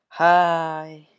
Hi